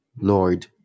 Lord